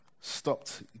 stopped